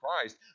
Christ